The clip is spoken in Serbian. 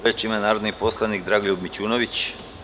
Reč ima narodni poslanik Dragoljub Mićunović.